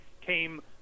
came